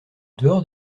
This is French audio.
dehors